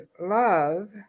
love